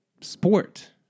sport